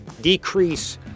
decrease